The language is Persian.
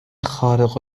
خارق